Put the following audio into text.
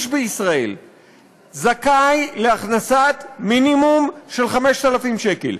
בישראל זכאי להכנסת מינימום של 5,000 שקל,